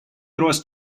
рост